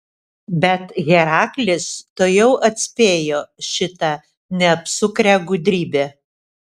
bet heraklis tuojau atspėjo šitą neapsukrią gudrybę